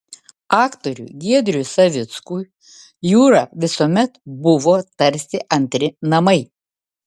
aktoriui giedriui savickui jūra visuomet buvo tarsi antri namai